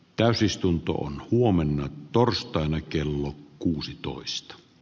täysistuntoon huomenna torstaina kello kuusitoista p